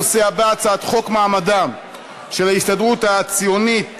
הנושא הבא: הצעת חוק מעמדן של ההסתדרות הציונית